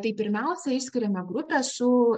tai pirmiausia išskiriame grupę su